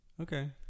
okay